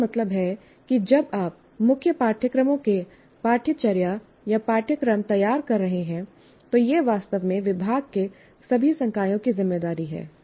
इसका मतलब है कि जब आप मुख्य पाठ्यक्रमों के पाठ्यचर्यापाठ्यक्रम तैयार कर रहे हैं तो यह वास्तव में विभाग के सभी संकायों की जिम्मेदारी है